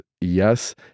Yes